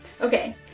Okay